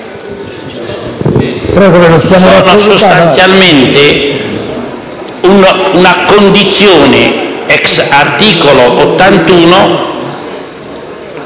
sostanzialmente una condizione *ex* articolo 81